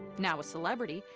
now a celebrity,